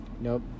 Nope